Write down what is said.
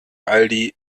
aldi